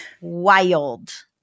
wild